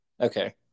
Okay